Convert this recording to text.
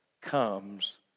comes